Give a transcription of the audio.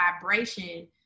vibration